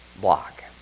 block